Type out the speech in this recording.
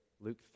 Luke